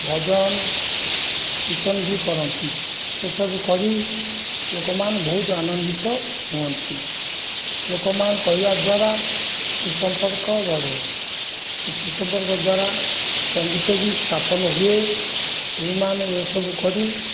ଭଜନ କୀର୍ତ୍ତନ ବି କରନ୍ତି ସେ ସବୁ କରି ଲୋକମାନ ବହୁତ ଆନନ୍ଦିତ ହୁଅନ୍ତି ଲୋକମାନ କରିବା ଦ୍ୱାରା ସୁସମ୍ପର୍କ ବଢ଼େ ସେହି ସୁସମ୍ପର୍କ ଦ୍ୱାରା ବନ୍ଧୁତ୍ଵ ବି ସ୍ଥାପନ ହୁଏ ଏହିମାନେ ଏହିସବୁ କରି